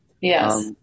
Yes